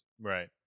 Right